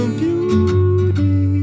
beauty